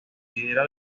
considera